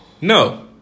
No